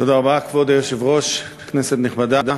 כבוד היושב-ראש, תודה רבה, כנסת נכבדה,